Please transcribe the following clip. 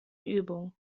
übung